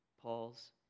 Paul's